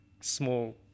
small